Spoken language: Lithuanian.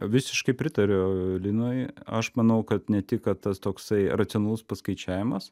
visiškai pritariu linui aš manau kad ne tik kad tas toksai racionalus paskaičiavimas